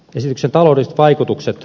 esityksen taloudelliset vaikutukset